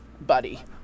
buddy